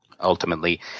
Ultimately